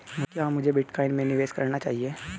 क्या मुझे बिटकॉइन में निवेश करना चाहिए?